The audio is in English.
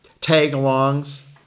tag-alongs